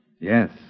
Yes